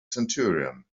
centurion